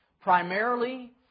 Primarily